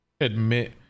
admit